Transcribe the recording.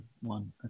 one